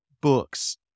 books